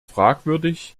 fragwürdig